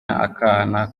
akana